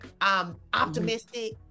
optimistic